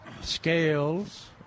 Scales